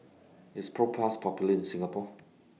IS Propass Popular in Singapore